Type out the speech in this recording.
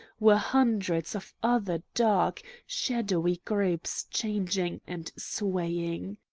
were hundreds of other dark, shadowy groups changing and swaying.